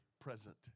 present